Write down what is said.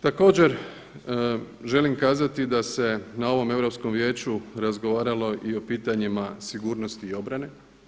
Također želim kazati da se na ovom Europskom vijeću razgovaralo i o pitanjima sigurnosti i obrane.